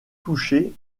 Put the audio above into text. touché